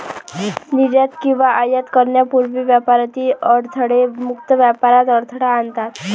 निर्यात किंवा आयात करण्यापूर्वी व्यापारातील अडथळे मुक्त व्यापारात अडथळा आणतात